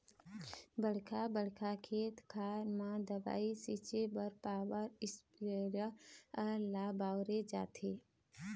बड़का बड़का खेत खार म दवई छिंचे बर पॉवर इस्पेयर ल बउरे जाथे